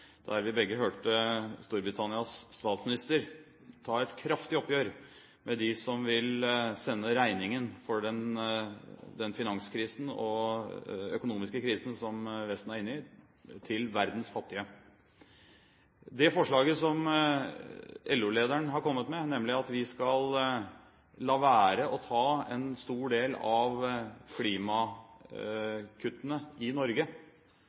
der vi begge hørte Storbritannias statsminister ta et kraftig oppgjør med dem som vil sende regningen for den finanskrisen og økonomiske krisen som Vesten er inne i, til verdens fattige. Det forslaget som LO-lederen har kommet med, at vi skal la være å ta en stor del av klimakuttene i Norge,